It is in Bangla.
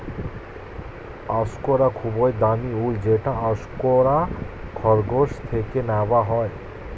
অ্যাঙ্গোরা খুবই দামি উল যেটা অ্যাঙ্গোরা খরগোশ থেকে নেওয়া হয়